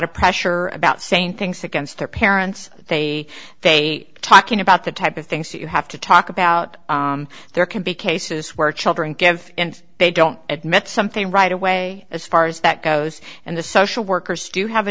of pressure about saying things against their parents they say talking about the type of things you have to talk about there can be cases where children get if they don't admit something right away as far as that goes and the social workers do have a